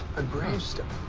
a gravestone.